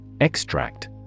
Extract